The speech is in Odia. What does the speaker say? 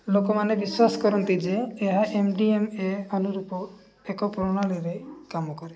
ଲୋକମାନେ ବିଶ୍ୱାସ କରନ୍ତି ଯେ ଏହା ଏମ୍ ଡି ଏମ୍ ଏ ଅନୁରୂପ ଏକ ପ୍ରଣାଳୀରେ କାମ କରେ